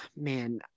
man